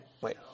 wait